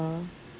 uh